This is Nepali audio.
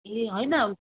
ए होइन